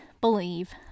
believe